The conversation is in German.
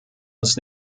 uns